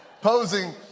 posing